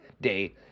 day